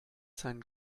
seinen